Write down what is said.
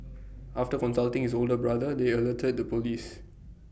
after consulting his older brother they alerted the Police